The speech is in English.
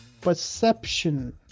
perception